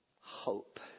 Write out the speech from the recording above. hope